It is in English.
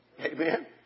Amen